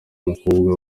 mukobwa